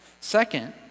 Second